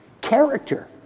character